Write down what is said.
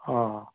अँ